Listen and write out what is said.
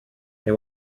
they